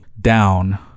down